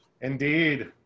Indeed